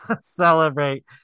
celebrate